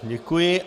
Děkuji.